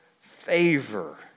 favor